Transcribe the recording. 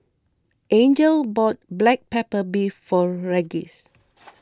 Angel bought Black Pepper Beef for Regis